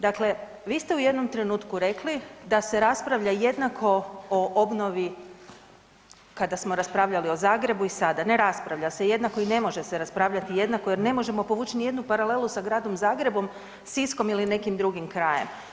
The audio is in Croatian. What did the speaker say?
Dakle, vi ste u jednom trenutku rekli da se raspravlja jednako po obnovi kada smo raspravljali o Zagrebu i sada, ne raspravlja se jednako i ne može se raspravljati jednako jer ne možemo povuć nijednu paralelu sa Gradom Zagrebom, Siskom ili nekim drugim krajem.